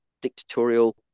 dictatorial